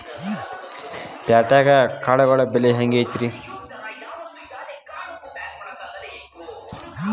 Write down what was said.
ಪ್ಯಾಟ್ಯಾಗ್ ಕಾಳುಗಳ ಬೆಲೆ ಹೆಂಗ್ ಐತಿ?